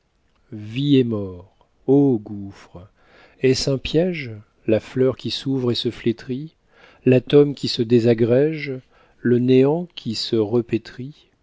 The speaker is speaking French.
vie et mort ô gouffre est-ce un piège la fleur qui s'ouvre et se flétrit l'atome qui se désagrège le néant qui se